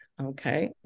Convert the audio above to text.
okay